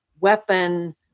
weapon